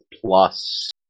plus